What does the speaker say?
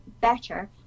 better